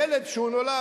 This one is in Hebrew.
ילד, כשהוא נולד,